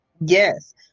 Yes